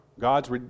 God's